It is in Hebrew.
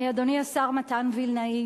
אדוני השר מתן וילנאי,